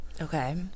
Okay